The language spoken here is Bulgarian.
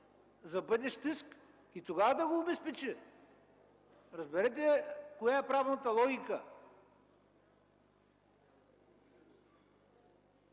за бъдещ иск и тогава да го обезпечи. Разберете коя е правната логика.